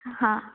हा